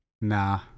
Nah